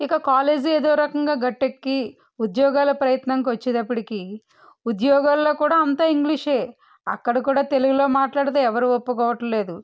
college ఏదో రకంగా గట్టెక్కి ఉద్యోగాల ప్రయత్నంకొచ్చేటప్పటికీ ఉద్యోగాల్లో కూడా అంతా ఇంగ్లీషే అక్కడ కూడా తెలుగులో మాట్లాడితే ఎవరు ఒప్పుకోవట్లేదు